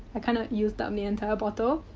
i kind of used up the entire bottle.